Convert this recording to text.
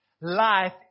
life